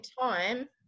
time